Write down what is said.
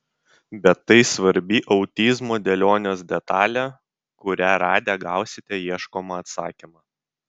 bet tai svarbi autizmo dėlionės detalė kurią radę gausite ieškomą atsakymą